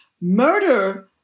murder